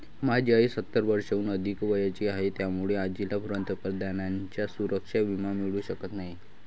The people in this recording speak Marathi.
माझी आजी सत्तर वर्षांहून अधिक वयाची आहे, त्यामुळे आजीला पंतप्रधानांचा सुरक्षा विमा मिळू शकत नाही